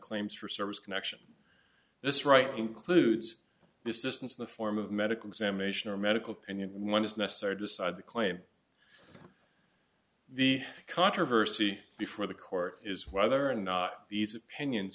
claims for service connection this right includes this system in the form of medical examination or medical opinion one is necessary to decide the claim the controversy before the court is whether or not these opinions